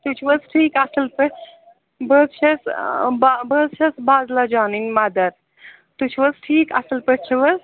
تُہۍ چھِو حظ ٹھیٖک اَصٕل پٲٹھۍ بہٕ حظ چھَس با بہٕ حظ چھَس بازلا جانٕنۍ مَدَر تُہۍ چھِو حظ ٹھیٖک اَصٕل پٲٹھۍ چھِو حظ